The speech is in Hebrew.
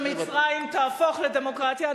שמצרים תהפוך לדמוקרטיה.